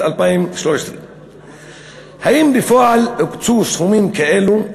2013. האם בפועל הוקצו סכומים כאלו?